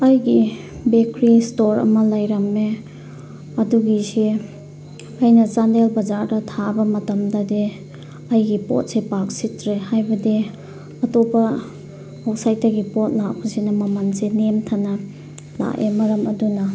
ꯑꯩꯒꯤ bakery store ꯑꯃ ꯂꯩꯔꯝꯃꯦ ꯑꯗꯨꯒꯤꯁꯦ ꯑꯩꯅ ꯆꯥꯟꯗꯦꯜ ꯕꯖꯥꯔꯗ ꯊꯥꯕ ꯃꯇꯝꯗꯗꯤ ꯑꯩꯒꯤ ꯄꯣꯠꯁꯦ ꯄꯥꯛ ꯁꯤꯠꯇ꯭ꯔꯦ ꯍꯥꯏꯕꯗꯤ ꯑꯇꯣꯞꯄ ꯑꯥꯎꯠꯁꯥꯏꯠꯇꯒꯤ ꯄꯣꯠ ꯂꯥꯛꯄꯁꯤꯅ ꯃꯃꯟꯁꯦ ꯅꯦꯝꯊꯅ ꯂꯥꯛꯑꯦ ꯃꯔꯝ ꯑꯗꯨꯅ